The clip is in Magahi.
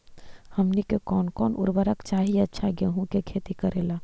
हमनी के कौन कौन उर्वरक चाही अच्छा गेंहू के खेती करेला?